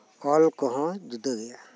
ᱚᱞᱠᱚᱦᱚᱸ ᱡᱩᱫᱟᱹᱜᱮᱭᱟ